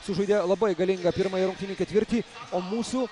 sužaidė labai galingą pirmąjį rungtynių ketvirtį o mūsų